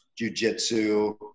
jujitsu